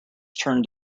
turned